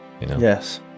Yes